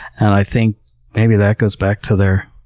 and i think maybe that goes back to their,